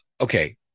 okay